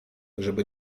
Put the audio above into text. żeby